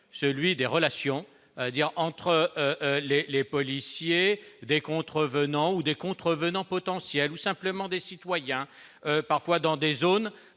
celui des relations dire entre les les policiers des contrevenants ou des contrevenants potentiels ou simplement des citoyens, parfois dans des zones